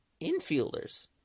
infielders